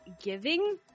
giving